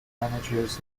manages